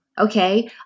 okay